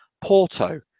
porto